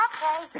Okay